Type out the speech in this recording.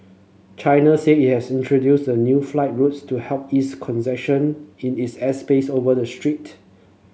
China said it has introduced the new flight routes to help ease congestion in its airspace over the strait